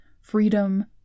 freedom